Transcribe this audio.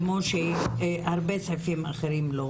כמו שהרבה סעיפים אחרים לא